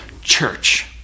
Church